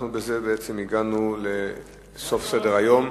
אנחנו בכך הגענו למעשה לסוף סדר-היום,